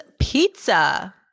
pizza